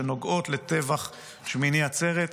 שנוגעות לטבח שמיני עצרת.